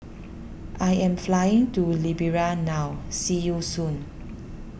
I am flying to Liberia now see you soon